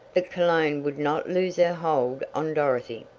but cologne would not lose her hold on dorothy.